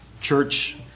church